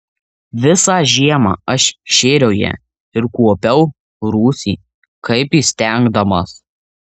visą žiemą aš šėriau ją ir kuopiau rūsį kaip įstengdamas